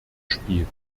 spiel